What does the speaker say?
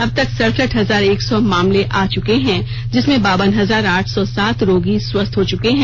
अब तक सड़सठ हजार एक सौ मामले आ चुके हैं जिसमें बावन हजार आठ सौ सात रोगी स्वस्थ हो चुके हैं